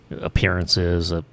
appearances